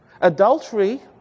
adultery